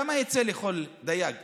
כמה יצא לכל דייג?